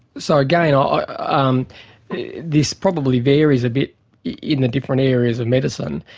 so again, ah um this probably varies a bit in the different areas of medicine.